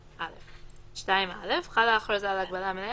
סעיף קטן (ח) האם הוחלט למחוק אותו?